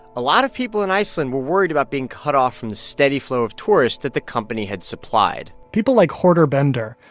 a lot of people in iceland were worried about being cut off from the steady flow of tourists that the company had supplied people like horter bender,